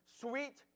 Sweet